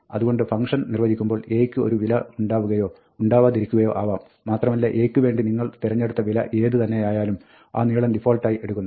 അതുകൊണ്ട് ഫംഗ്ഷൻ നിർവ്വചിക്കുമ്പോൾ A യ്ക്ക് ഒരു വില ഉണ്ടാവുകയോ ഉണ്ടാവാതിരിക്കുകയോ ആവാം മാത്രമല്ല A യ്ക്ക് വേണ്ടി നിങ്ങൾ തെരെഞ്ഞെടുത്ത വില ഏത് തന്നെയായാലും ആ നീളം ഡിഫാൾട്ടായി എടുക്കുന്നു